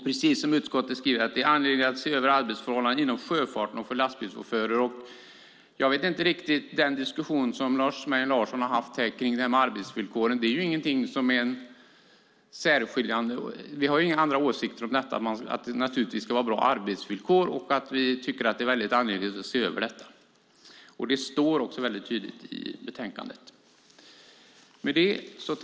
Precis som utskottet skriver är det angeläget att se över arbetsförhållandena inom sjöfarten och för lastbilschaufförer. Jag förstår inte riktigt Lars Mejern Larssons diskussion här om arbetsvillkoren. Där finns inget särskiljande. Vi har ingen annan åsikt än att det naturligtvis ska vara bra arbetsvillkor. Vi tycker att det är angeläget att se över detta. Det står också tydligt i betänkandet om det.